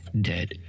Dead